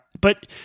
but-